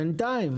בינתיים.